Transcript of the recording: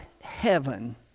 heaven